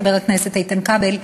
חבר הכנסת איתן כבל,